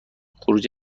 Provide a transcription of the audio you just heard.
خروج